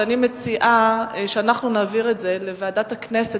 ואני מציעה שאנחנו נעביר אותו לוועדת הכנסת,